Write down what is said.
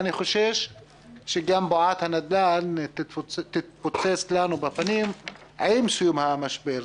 אני חושש שגם בועת הנדל"ן תתפוצץ לנו בפנים עם סיום המשבר.